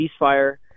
ceasefire